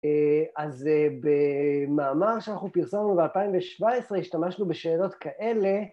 אז במאמר שאנחנו פרסמנו ב-2017 השתמשנו בשאלות כאלה